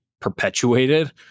perpetuated